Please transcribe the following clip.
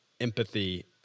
empathy